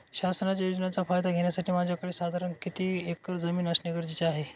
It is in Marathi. शासनाच्या योजनेचा फायदा घेण्यासाठी माझ्याकडे साधारण किती एकर जमीन असणे गरजेचे आहे?